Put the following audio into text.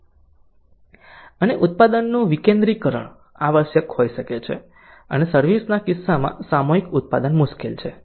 અને ઉત્પાદનનું વિકેન્દ્રીકરણ આવશ્યક હોઈ શકે છે અને સર્વિસ ના કિસ્સામાં સામૂહિક ઉત્પાદન મુશ્કેલ છે